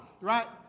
right